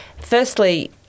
Firstly